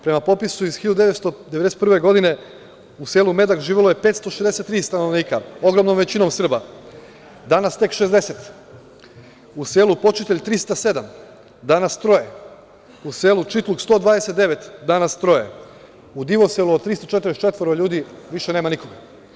Prema popisu iz 1991. godine, u selu Medak živela su 563 stanovnika, ogromnom većinom Srba, danas tek 60, u selu Počitelj 307, danas troje, u selu Čitluk 129, danas troje, u Divoselu od 344 ljudi više nema nikoga.